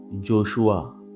Joshua